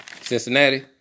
Cincinnati